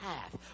half